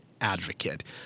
advocate